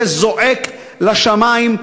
זה זועק לשמים,